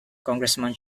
congressman